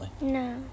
No